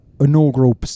inaugural